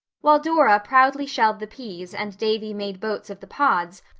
while dora proudly shelled the peas and davy made boats of the pods,